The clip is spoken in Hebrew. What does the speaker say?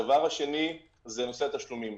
הדבר השני הוא נושא התשלומים.